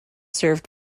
served